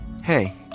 Hey